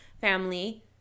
family